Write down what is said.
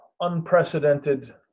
unprecedented